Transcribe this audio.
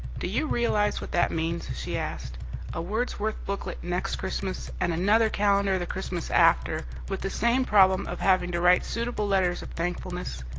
do you realise what that means? she asked a wordsworth booklet next christmas, and another calendar the christmas after, with the same problem of having to write suitable letters of thankfulness.